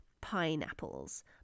pineapples